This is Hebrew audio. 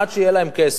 עד שיהיה להם כסף.